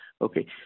Okay